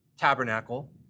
tabernacle